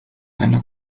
einer